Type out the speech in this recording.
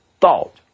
thought